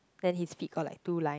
then his feet got like two line